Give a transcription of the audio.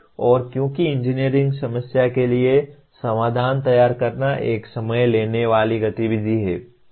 और क्योंकि इंजीनियरिंग समस्या के लिए समाधान तैयार करना एक समय लेने वाली गतिविधि है